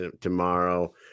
tomorrow